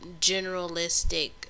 generalistic